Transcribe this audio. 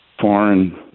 foreign